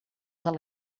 del